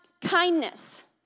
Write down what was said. kindness